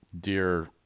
dear